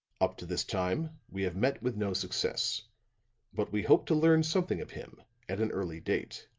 up to this time we have met with no success but we hope to learn something of him at an early date